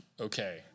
Okay